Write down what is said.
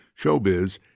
showbiz